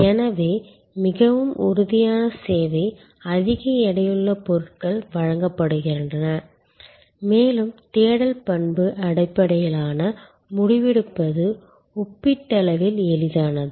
எனவே மிகவும் உறுதியான சேவை அதிக எடையுள்ள பொருட்கள் வழங்கப்படுகின்றன மேலும் தேடல் பண்பு அடிப்படையிலான முடிவெடுப்பது ஒப்பீட்டளவில் எளிதானது